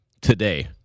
today